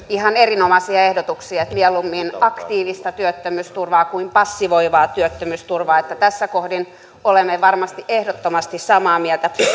ihan erinomaisia ehdotuksia että mieluummin aktiivista työttömyysturvaa kuin passivoivaa työttömyysturvaa tässä kohdin olemme varmasti ehdottomasti samaa mieltä